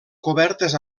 cobertes